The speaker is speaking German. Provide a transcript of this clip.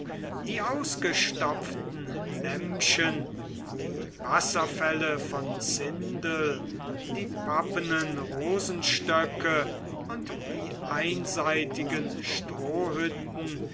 die ausgestopften lämmchen die wasserfälle von zindel die pappenen rosenstöcke und die einseitigen strohhütten